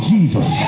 Jesus